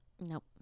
nope